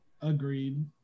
Agreed